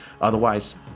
Otherwise